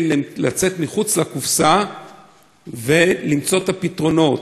לצאת מחוץ לקופסה ולמצוא את הפתרונות.